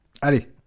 Allez